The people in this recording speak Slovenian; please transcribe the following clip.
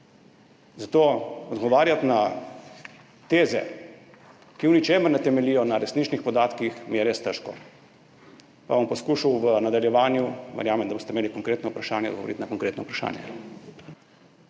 Zato odgovarjati na teze, ki v ničemer ne temeljijo na resničnih podatkih, mi je res težko. Pa bom poskušal v nadaljevanju – verjamem, da boste imeli konkretno vprašanje – odgovoriti na konkretno vprašanje.